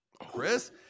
Chris